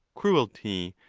cruelty,